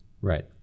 Right